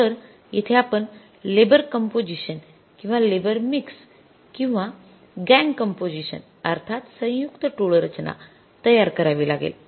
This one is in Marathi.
तर येथे आपण लेबर कंपोझिशन किंवा लेबर मिक्स किंवा गॅंग कंपोझिशन अर्थात सयुंक्त टोळ रचना तयार करावी लागेल